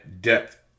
depth